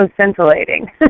scintillating